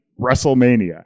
WrestleMania